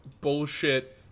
bullshit